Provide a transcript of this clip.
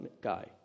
guy